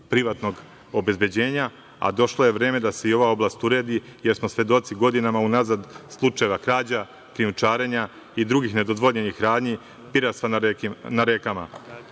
privatnog obezbeđenja, a došlo je vreme da se i ova oblast uredi, jer smo svedoci godinama unazad slučajeva krađa, krijumčarenja i drugih nedozvoljenih radnji, piratstva na rekama.